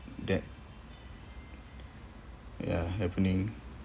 that ya happening